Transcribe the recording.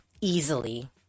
easily